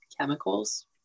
chemicals